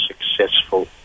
successful